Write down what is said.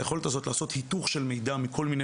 היכולת הזאת לעשות היתוך של מידע מכל מיני